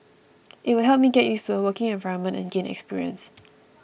it will help me get used to a working environment and gain experience